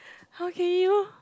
how can you